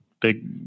big